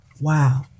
wow